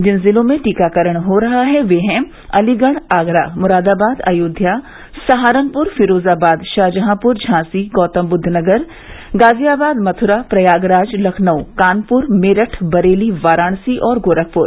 जिन जिलों में टीकाकरण हो रहा है वे हैं अलीगढ़ आगरा मुरादाबाद अयोध्या सहारनपुर फिरोजाबाद शाहजहांपुर झांसी गौतमबुद्वनगर गाजियाबाद मथुरा प्रयागराज लखनऊ कानपुर मेरठ बरेली वाराणसी और गोरखपुर